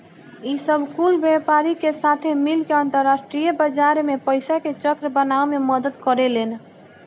ई सब कुल व्यापारी के साथे मिल के अंतरास्ट्रीय बाजार मे पइसा के चक्र बनावे मे मदद करेलेन